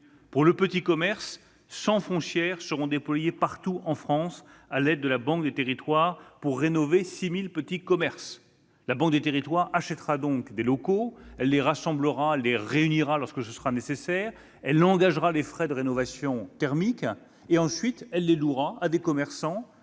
êtes les élus. Quelque 100 foncières seront déployées partout en France à l'aide de la Banque des territoires, pour rénover 6 000 petits commerces. La Banque des territoires achètera donc des locaux, elle les réunira lorsque ce sera nécessaire, engagera des frais de rénovation thermique puis les louera à des commerçants